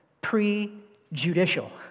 Prejudicial